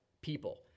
people